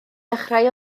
dechrau